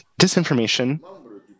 disinformation